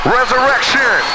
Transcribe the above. Resurrection